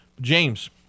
James